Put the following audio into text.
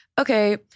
okay